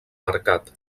marcat